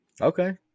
Okay